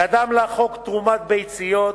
קדם לה חוק תרומת ביציות,